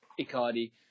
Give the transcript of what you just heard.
Icardi